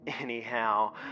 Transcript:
Anyhow